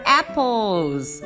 apples